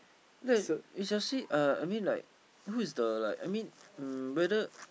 like you just see uh I mean like who is the like I mean um whether